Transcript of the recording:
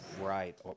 Right